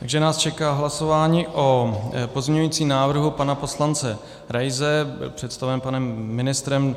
Takže nás čeká hlasování o pozměňujícím návrhu pana poslance Raise představeném panem ministrem.